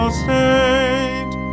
state